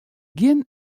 gjin